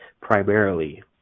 primarily